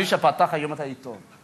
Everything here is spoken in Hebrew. מי שפתח היום את העיתון,